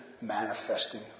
manifesting